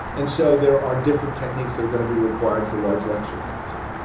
and so there are different techniques that are going to be required for large lecture classes.